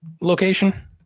location